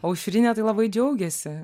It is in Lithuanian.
aušrinė tai labai džiaugiasi